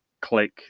click